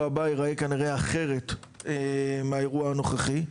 הבא ייראה כנראה אחרת מהאירוע הנוכחי.